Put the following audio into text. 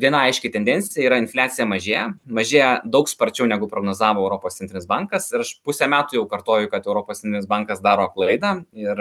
viena aiški tendencija yra infliacija mažėja mažėja daug sparčiau negu prognozavo europos centrinis bankas ir aš pusę metų jau kartoju kad europos bankas daro klaidą ir